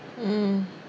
mm